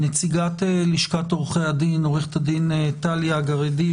נציגת לשכת עורכי הדין, עורכת דין טליה גרידיש,